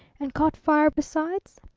and caught fire besides?